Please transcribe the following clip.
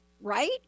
right